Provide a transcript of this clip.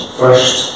first